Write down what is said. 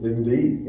Indeed